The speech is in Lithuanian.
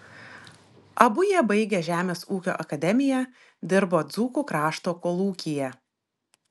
abu jie baigę žemės ūkio akademiją dirbo dzūkų krašto kolūkyje